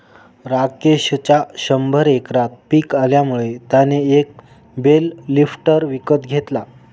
राकेशच्या शंभर एकरात पिक आल्यामुळे त्याने एक बेल लिफ्टर विकत घेतला